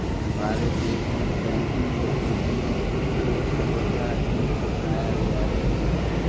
हमारे देश में बैंकिंग गतिविधियां को सर्वथा ही अपनाया गया है